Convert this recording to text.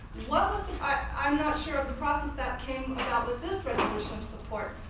i'm not sure of the process that came about with this resolution of support.